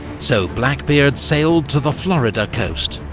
so blackbeard sailed to the florida coast,